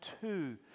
two